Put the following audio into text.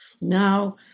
Now